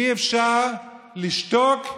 אי-אפשר לשתוק,